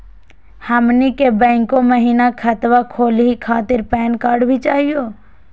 हमनी के बैंको महिना खतवा खोलही खातीर पैन कार्ड भी चाहियो?